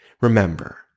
remember